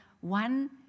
one